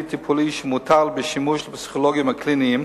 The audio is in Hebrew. טיפולי שמותר בשימוש לפסיכולוגיים הקליניים,